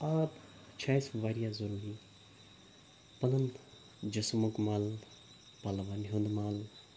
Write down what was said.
آب چھِ اَسہِ واریاہ ضٔروٗری پَنُن جسمُک مَل پَلوَن ہُنٛد مَل